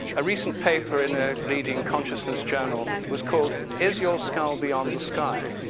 a recent paper in a leading consciousness journal was called, is your skull beyond the sky?